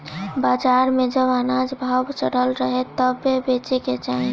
बाजार में जब अनाज भाव चढ़ल रहे तबे बेचे के चाही